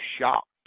shocked